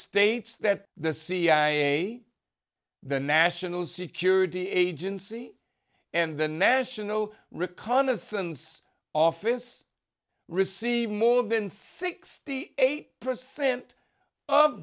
states that the cia the national security agency and the national reconnaissance office received more than sixty eight percent of